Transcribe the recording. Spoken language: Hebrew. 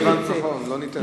לא הבנת נכון, לא ניתן לו.